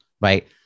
right